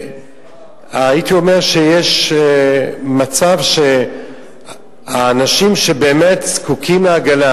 הייתי אומר שיש מצב שהאנשים שבאמת זקוקים להגנה